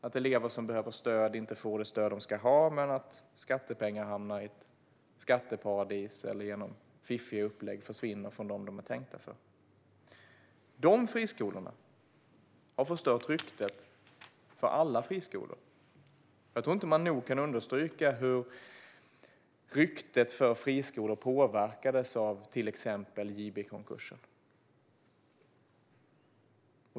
De elever som behöver stöd får inte det stöd som de ska ha medan skattepengarna hamnar i skatteparadis eller genom ett fiffigt upplägg försvinner från dem som de var tänka för. Dessa friskolor har förstört ryktet för alla friskolor. Man kan inte nog understryka hur ryktet för friskolor påverkades av till exempel JB-konkursen.